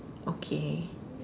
okay